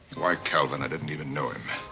why calvin? i didn't even know him.